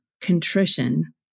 contrition